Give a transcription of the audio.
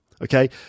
Okay